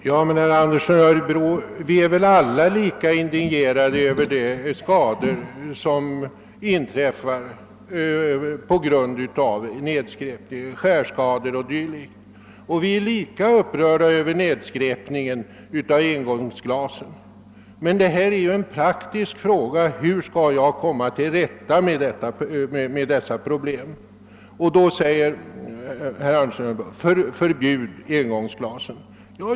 Herr talman! Jag vill säga till herr Andersson i Örebro att vi alla är lika indignerade över skärskador och andra skador som inträffar på grund av nedskräpningen och att vi alla är lika upprörda över nedskräpningen med engångsglas, men här gäller det en praktisk fråga, hur vi skall komma till rätta med detta problem. Då säger herr Andersson: Förbjud engångsglasen!